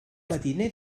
matiner